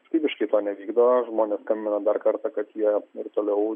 piktybiškai to nevykdo žmonės skambina dar kartą kad jie ir toliau